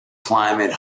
climate